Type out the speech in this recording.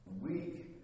weak